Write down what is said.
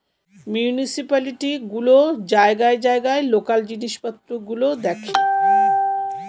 municipality গুলো জায়গায় জায়গায় লোকাল জিনিসপত্র গুলো দেখে